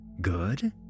Good